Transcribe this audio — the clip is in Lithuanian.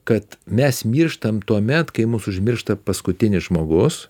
kad mes mirštam tuomet kai mus užmiršta paskutinis žmogus